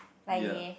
ya